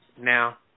Now